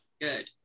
good